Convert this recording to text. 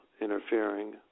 interfering